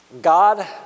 God